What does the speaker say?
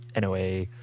NOA